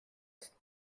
ist